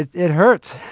it it hurts.